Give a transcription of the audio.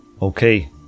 Okay